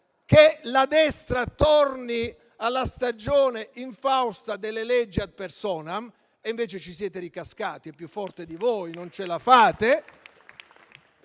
che la destra torni alla stagione infausta delle leggi *ad personam*. Invece ci siete ricascati; è più forte di voi, non ce la fate.